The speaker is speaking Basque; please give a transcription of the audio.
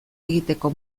egiteko